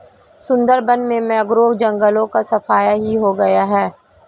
सुंदरबन में मैंग्रोव जंगलों का सफाया ही हो गया है